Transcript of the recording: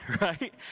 right